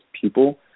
people